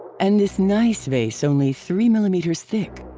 and this gneiss vase only three millimeters thick?